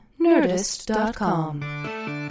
Nerdist.com